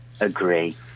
Agree